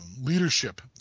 leadership